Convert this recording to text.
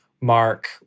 mark